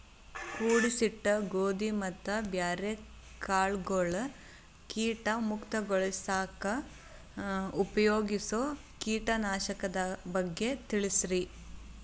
ಕೂಡಿಸಿಟ್ಟ ಗೋಧಿ ಮತ್ತ ಬ್ಯಾರೆ ಕಾಳಗೊಳ್ ಕೇಟ ಮುಕ್ತಗೋಳಿಸಾಕ್ ಉಪಯೋಗಿಸೋ ಕೇಟನಾಶಕದ ಬಗ್ಗೆ ತಿಳಸ್ರಿ